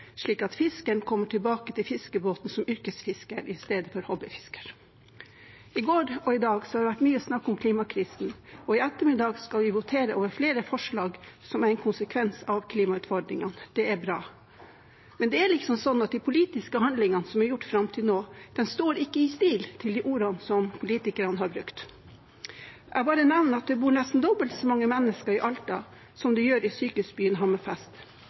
slik at fiskeren kommer tilbake til fiskebåten som yrkesfisker i stedet for hobbyfisker. I går og i dag har det vært mye snakk om klimakrisen, og i ettermiddag skal vi votere over flere forslag som er en konsekvens av klimautfordringene. Det er bra. Men det er sånn at de politiske handlingene som er gjort fram til nå, ikke står i stil med de ordene som politikerne har brukt. Jeg bare nevner at det bor nesten dobbelt så mange mennesker i Alta som det gjør i sykehusbyen